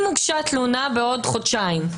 אם הוגשה תלונה עוד חודשיים,